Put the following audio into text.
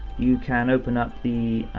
you can open up the,